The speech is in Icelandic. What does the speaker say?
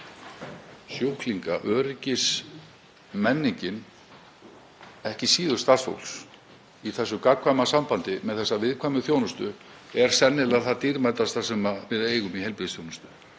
sjúklinga, öryggismenningin, ekki síður starfsfólks í þessu gagnkvæma sambandi, með þessa viðkvæmu þjónustu, er sennilega það dýrmætasta sem við eigum í heilbrigðisþjónustunni.